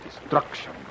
destruction